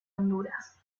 honduras